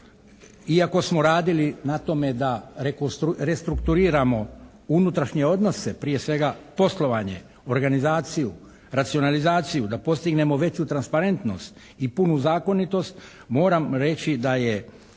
Iako smo radili na tome da restrukturiramo unutrašnje odnose, prije svega poslovanje, organizaciju, racionalizaciju, da postignemo veću transparentnost i punu zakonitost moram reći da je